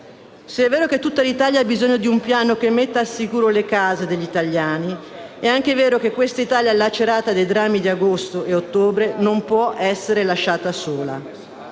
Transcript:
Se è vero che tutta l'Italia ha bisogno di un piano che metta al sicuro le case degli italiani, è anche vero che questa Italia lacerata dai drammi di agosto e ottobre non può essere lasciata sola.